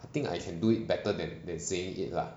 I think I can do it better than than saying it lah